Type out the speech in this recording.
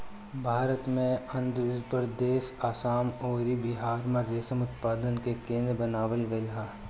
भारत में आंध्रप्रदेश, आसाम अउरी बिहार में रेशम उत्पादन के केंद्र बनावल गईल ह